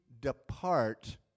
depart